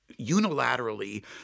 unilaterally